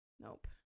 Nope